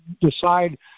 decide